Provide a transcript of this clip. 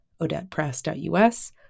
odettepress.us